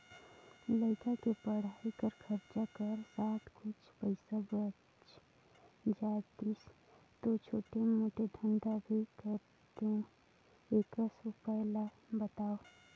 लइका के पढ़ाई कर खरचा कर साथ कुछ पईसा बाच जातिस तो छोटे मोटे धंधा भी करते एकस उपाय ला बताव?